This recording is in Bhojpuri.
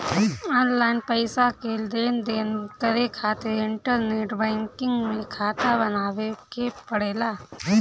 ऑनलाइन पईसा के लेनदेन करे खातिर इंटरनेट बैंकिंग में खाता बनावे के पड़ेला